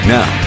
Now